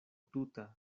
tuta